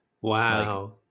Wow